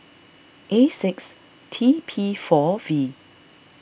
A six T P four V